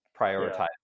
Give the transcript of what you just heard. prioritize